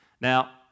Now